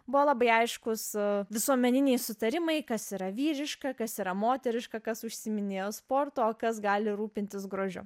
buvo labai aiškūs visuomeniniai sutarimai kas yra vyriška kas yra moteriška kas užsiiminėja sportu o kas gali rūpintis grožiu